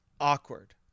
awkward